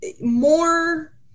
more